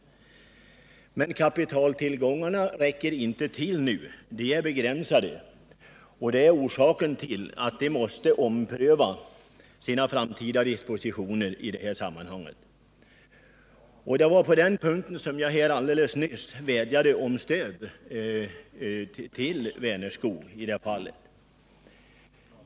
Men kapitaltillgångarna räcker inte till nu, för de är begränsade. Detta är orsaken till att Vänerskog måste ompröva sina framtida dispositioner i det sammanhanget. Det var på den punkten jag alldeles nyss vädjade om stöd till Vänerskog.